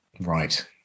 right